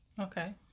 okay